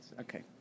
Okay